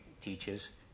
teaches